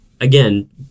again